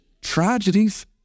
tragedies